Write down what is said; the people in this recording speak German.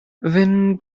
wenn